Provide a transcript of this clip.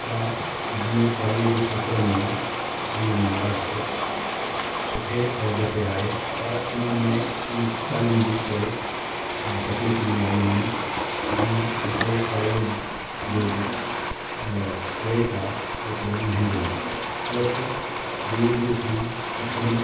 हा जीअं पढ़ाईअ जे खेत्र में असांजे महाराष्ट्र सुठे औज ते आहे पर इन्हनि में की ॻाल्हियुनि जे करे तकलीफ़ जी ॻाल्हियूं आहिनि जीअं हिते पढ़ाईअ जो रेट आहे उहा थोड़ो महांगो आहे उहा सिर्फ़ु दूरि दूरि खां अचनि